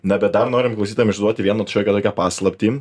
na bet dar norim klausytojam išduoti vieną šiokią tokią paslaptį